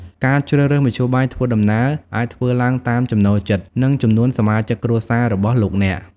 ការជ្រើសរើសមធ្យោបាយធ្វើដំណើរអាចធ្វើឡើងតាមចំណូលចិត្តនិងចំនួនសមាជិកគ្រួសាររបស់លោកអ្នក។